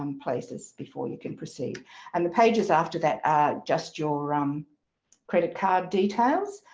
um places before you can proceed and the pages after that, are just your um credit card details.